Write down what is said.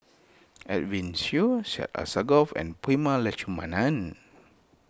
Edwin Siew Syed Alsagoff and Prema Letchumanan